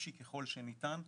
נפשי ככל שניתן.